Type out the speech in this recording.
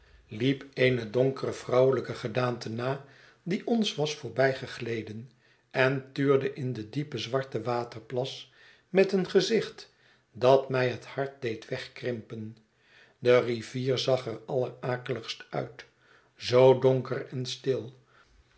liep eene donkere vrouwelijke gedaante na die ons was voorbij gegleden en tuurde in den diepen zwarten waterplas met een gezicht dat mij het hart deed wegkrimpen de rivier zag er allerakeligst uit zoo donker en stil